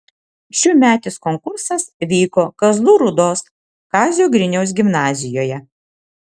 šiųmetis konkursas vyko kazlų rūdos kazio griniaus gimnazijoje